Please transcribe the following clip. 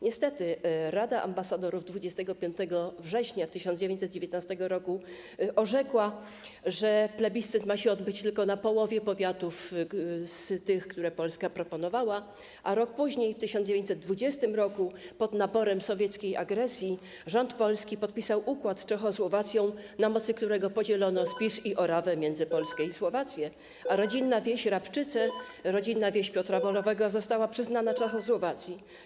Niestety Rada Ambasadorów 25 września 1919 r. orzekła, że plebiscyt ma się odbyć tylko w połowie powiatów z tych, które Polska proponowała, a rok później, w 1920 r. pod naporem sowieckiej agresji rząd polski podpisał układ z Czechosłowacją, na mocy którego podzielono Spisz i Orawę między Polskę i Słowację, a Rabczyce, rodzinna wieś Piotra Borowego, zostały przyznana Czechosłowacji.